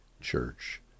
church